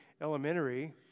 elementary